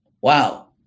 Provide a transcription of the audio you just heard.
wow